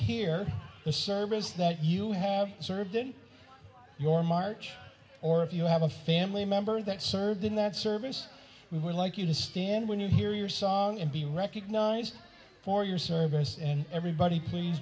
hear the service that you have served in your march or if you have a family member that served in that service we would like you to stand when you hear your song and be recognized for your service and everybody please